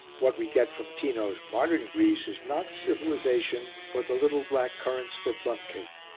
what we get from tino's modern greece is not civilisation but the little black currants for plum-cake.